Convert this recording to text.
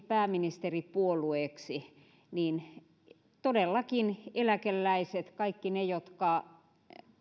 pääministeripuolueeksi niin todellakin eläkeläiset kaikki ne jotka